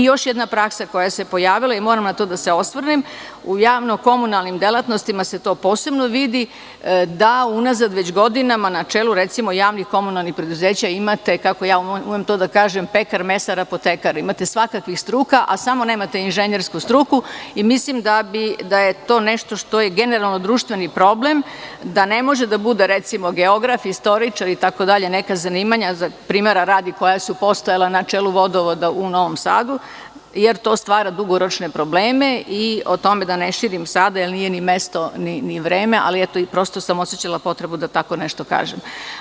Još jedna praksa koja se pojavila i moram na to da se osvrnem, u javno-komunalnim delatnostima se to posebno vidi, da unazad već godinama, na čelu recimo javnih-komunalnih preduzeća imate, kako ja to umem da kažem, pekar, mesar, apotekar, imate svakakvih struka, a samo nemate inženjersku struku, i mislim da je to nešto što je generalno društveni problem, da ne može da bude recimo geograf, istoričar i tako dalje, neka zanimanja primera radi koja su postojala na čelu vodovoda u Novom Sadu, jer to stvara dugoročne probleme i o tome da ne širim sada jer nije ni mesto ni vreme, ali eto, prosto sam osećala potrebu da tako nešto kažem.